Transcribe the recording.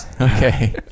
Okay